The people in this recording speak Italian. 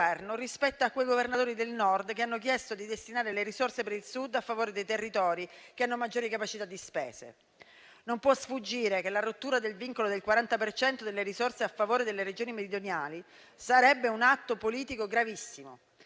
Non può sfuggire che la rottura del vincolo del 40 per cento delle risorse a favore delle Regioni meridionali sarebbe un atto politico gravissimo,